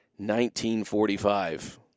1945